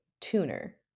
tuner